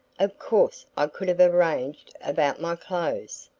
of course i could have arranged about my clothes.